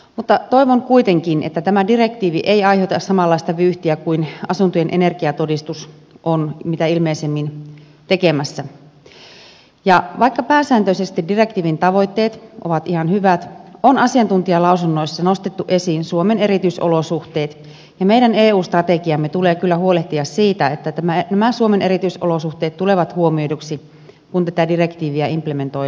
mutta toivon kuitenkin että tämä direktiivi ei aiheuta samanlaista vyyhtiä kuin asuntojen energiatodistus on mitä ilmeisimmin tekemässä ja vaikka pääsääntöisesti direktiivin tavoitteet ovat ihan hyvät on asiantuntijalausunnoissa nostettu esiin suomen erityisolosuhteet ja meidän eu strategiamme tulee kyllä huolehtia siitä että nämä suomen erityisolosuhteet tulevat huomioiduiksi kun tätä direktiiviä implementoidaan